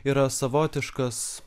yra savotiškas